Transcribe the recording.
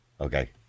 Okay